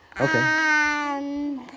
Okay